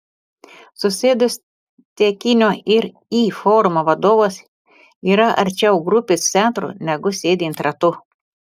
susėdus tekinio ir y forma vadovas yra arčiau grupės centro negu sėdint ratu